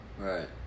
Right